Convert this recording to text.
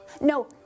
no